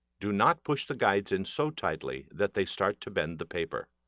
do not push the guides in so tightly that they start to bend the paper.